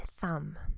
thumb